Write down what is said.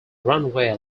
runway